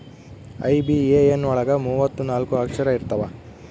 IBAN ಒಳಗ ಮೂವತ್ತು ನಾಲ್ಕ ಅಕ್ಷರ ಇರ್ತವಾ